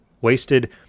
Wasted